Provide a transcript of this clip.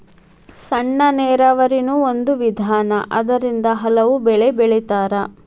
ಸಣ್ಣ ನೇರಾವರಿನು ಒಂದ ವಿಧಾನಾ ಅದರಿಂದ ಹಲವು ಬೆಳಿ ಬೆಳಿತಾರ